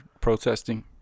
protesting